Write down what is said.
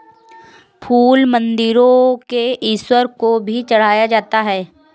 फूल मंदिरों में ईश्वर को भी चढ़ाया जाता है